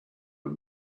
and